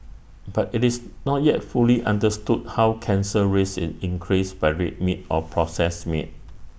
but IT is not yet fully understood how cancer risk is increased by red meat or processed meat